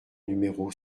numéro